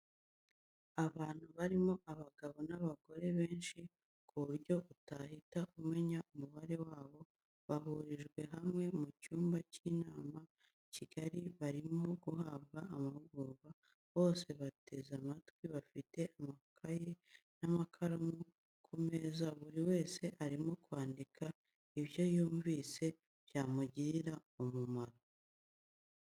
Abantu barimo abagabo n'abagore benshi ku buryo utahita umenya umubare wabo, bahurijwe hamwe mu cyumba cy'inama kigari barimo guhabwa amahugurwa, bose bateze amatwi bafite amakaye n'amakaramu ku meza buri wese arimo kwandika ibyo yumvise byamugirira umumaro.